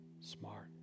smart